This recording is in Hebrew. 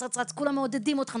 כולם מעודדים אותך,